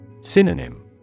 Synonym